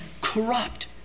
corrupt